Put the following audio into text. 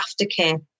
aftercare